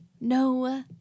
No